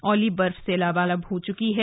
औली बर्फ से लबालब हो चुकी है